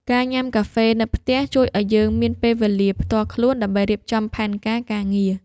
ការញ៉ាំកាហ្វេនៅផ្ទះជួយឱ្យយើងមានពេលវេលាផ្ទាល់ខ្លួនដើម្បីរៀបចំផែនការការងារ។